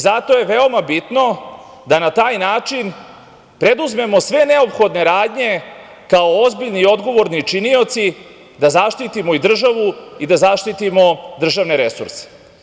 Zato je veoma bitno da na taj način preduzmemo sve neophodne radnje kao ozbiljni i odgovorni činioci da zaštitimo i državu i da zaštitimo državne resurse.